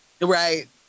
Right